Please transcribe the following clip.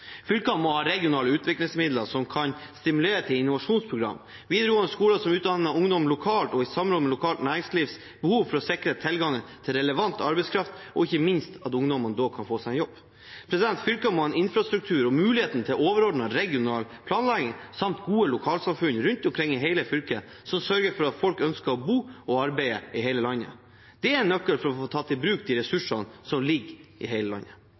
Fylkene må ha regionale utviklingsmidler som kan stimulere til innovasjonsprogram, og videregående skoler må utdanne ungdom lokalt og i samråd med lokalt næringslivs behov for å sikre tilgang til relevant arbeidskraft, og ikke minst at ungdommene kan få en jobb. Fylkene må ha infrastruktur og mulighet til overordnet regional planlegging, samt gode lokalsamfunn rundt omkring i hele fylket som sørger for at folk ønsker å bo og arbeide i hele landet. Det er en nøkkel for å få tatt i bruk de ressursene som ligger i hele landet.